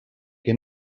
que